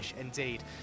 indeed